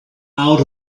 out